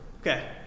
Okay